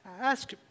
Ask